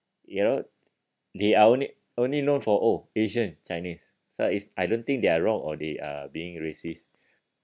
you know they are only only known for oh asian chinese so it's I don't think they are wrong or they are being racist